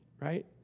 right